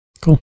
Cool